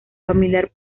familiar